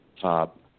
top